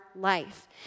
life